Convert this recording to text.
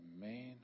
man